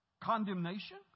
Condemnation